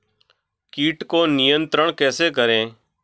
कीट को नियंत्रण कैसे करें?